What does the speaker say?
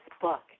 book